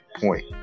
point